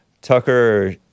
Tucker